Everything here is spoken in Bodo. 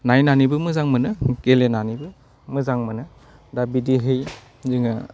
नायनानैबो मोजां मोनो गेलेनानैबो मोजां मोनो दा बिदिहै जोङो